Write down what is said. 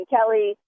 Kelly